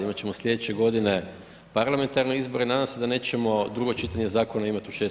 Imat ćemo slijedeće godine parlamentarne izbore, nadam se da nećemo drugo čitanje zakona imati u 6. mjesecu.